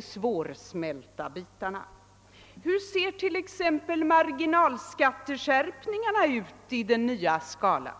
svårsmälta bitarna. Hur ser t.ex. marginalskatteskärpningarna ut i den nya skalan?